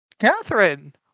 Catherine